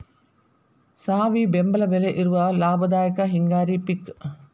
ಸಾವಿ ಬೆಂಬಲ ಬೆಲೆ ಇರುವ ಲಾಭದಾಯಕ ಹಿಂಗಾರಿ ಪಿಕ್